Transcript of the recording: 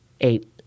Eight